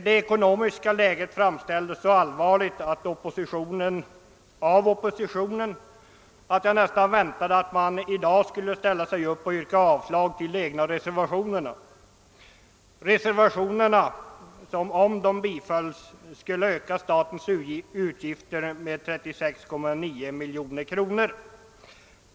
Det ekonomiska läget framställdes så allvarligt av oppositionen, att jag nästan väntade mig att man i dag skulle yrka avslag på sina egna reservationer, som om de bifölles skulle öka statens utgifter med 36,9 miljoner kronor.